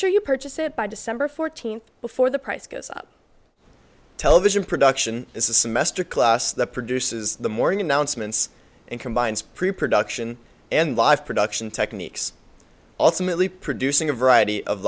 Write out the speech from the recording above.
sure you purchase it by december fourteenth before the price goes up television production is a semester class that produces the morning announcements and combines preproduction and live production techniques ultimately producing a variety of